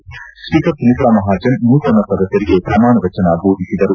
್ವೀಕರ್ ಸುಮಿತ್ರಾ ಮಹಾಜನ್ ನೂತನ ಸದಸ್ಕರಿಗೆ ಪ್ರಮಾಣ ವಚನ ಬೋಧಿಸಿದರು